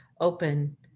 open